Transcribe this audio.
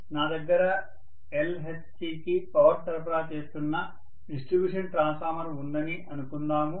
నా దగ్గర LHCకి పవర్ సరఫరా చేస్తున్న డిస్ట్రిబ్యూషన్ ట్రాన్స్ఫార్మర్ ఉందని అనుకుందాము